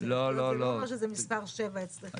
זה לא אומר שזה מספר 7 אצלך.